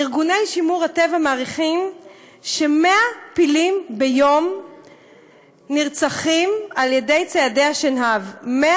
ארגוני שימור הטבע מעריכים ש-100 פילים נרצחים על ידי ציידי השנהב ביום.